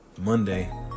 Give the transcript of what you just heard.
Monday